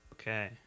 Okay